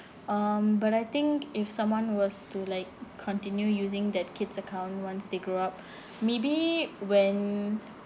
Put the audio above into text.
um but I think if someone was to like continue using that kid's account once they grow up maybe when